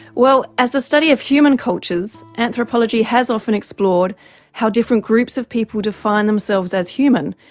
well, as the study of human cultures, anthropology has often explored how different groups of people define themselves as human,